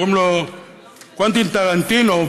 קוראים לו קוונטין טרנטינו,